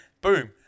Boom